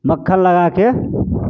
मक्खन लगाके